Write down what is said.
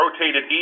rotated